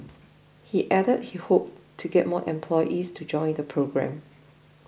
he added that he hoped to get more employees to join the programme